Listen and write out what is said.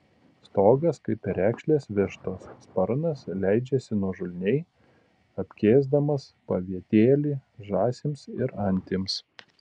stogas kaip perekšlės vištos sparnas leidžiasi nuožulniai apkėsdamas pavietėlį žąsims ir antims